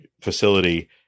facility